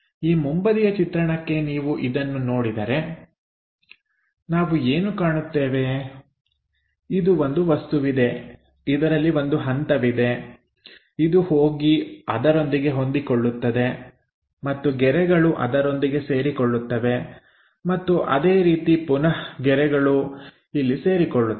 ಈ ಮುಂಬದಿಯ ಚಿತ್ರಣಕ್ಕೆ ನೀವು ಇದನ್ನು ನೋಡಿದರೆ ನಾವು ಏನು ಕಾಣುತ್ತೇವೆ ಇದು ಒಂದು ವಸ್ತುವಿದೆ ಇದರಲ್ಲಿ ಒಂದು ಹಂತವಿದೆ ಇದು ಹೋಗಿ ಅದರೊಂದಿಗೆ ಹೊಂದಿಕೊಳ್ಳುತ್ತದೆ ಮತ್ತು ಗೆರೆಗಳು ಅದರೊಂದಿಗೆ ಸೇರಿಕೊಳ್ಳುತ್ತವೆ ಮತ್ತು ಅದೇ ರೀತಿ ಪುನಃ ಗೆರೆಗಳು ಇಲ್ಲಿ ಸೇರಿಕೊಳ್ಳುತ್ತವೆ